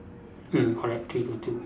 mm correct three two two